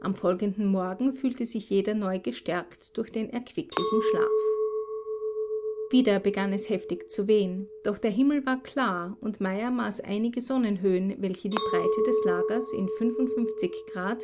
am folgenden morgen fühlte sich jeder neu gestärkt durch den erquicklichen schlaf wieder begann es heftig zu wehen doch der himmel war klar und meyer maß einige sonnenhöhen welche die breite des lagers in trat